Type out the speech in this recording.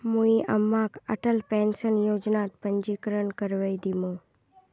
मुई अम्माक अटल पेंशन योजनात पंजीकरण करवइ दिमु